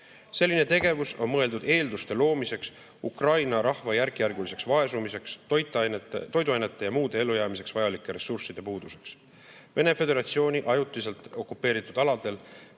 Selline tegevus on mõeldud eelduste loomiseks Ukraina rahva järkjärguliseks vaesumiseks, toiduainete ja muude ellujäämiseks vajalike ressursside puuduseks. Vene Föderatsiooni ajutiselt okupeeritud aladel